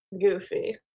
goofy